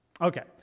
Okay